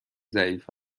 ضعیف